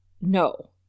no